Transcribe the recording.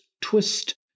twist